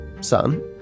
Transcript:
son